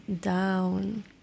down